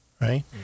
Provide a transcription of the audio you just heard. right